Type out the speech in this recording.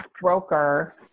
broker